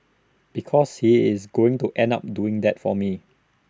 because he is going to end up doing that for me